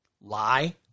lie